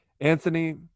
Anthony